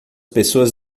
pessoas